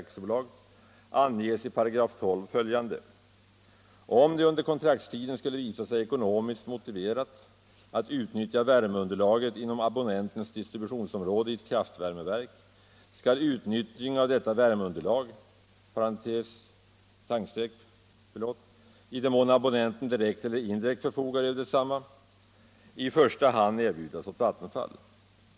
Brevet fortsätter sålunda: Om det under kontraktstiden skulle visa sig ekonomiskt motiverat att utnyttja värmeunderlaget inom Abonnentens distributionsområde i ett kraftvärmeverk, skall utnyttjning av detta värmeunderlag — i den mån Abonnenten direkt eller indirekt förfogar över detsamma — i första hand erbjudas åt Vattenfall.